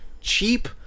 cheap